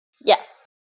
Yes